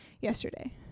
yesterday